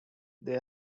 they